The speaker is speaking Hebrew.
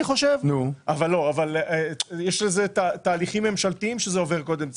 אבל יש לזה תהליכים ממשלתיים שזה עובר קודם.